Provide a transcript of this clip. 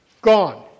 gone